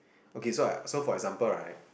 okay so I so for example right